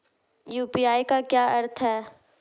UPI का क्या अर्थ है?